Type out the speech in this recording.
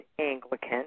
Anglican